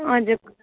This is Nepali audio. हजुर